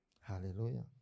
Hallelujah